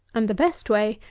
and the best way,